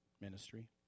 ministry